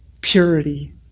purity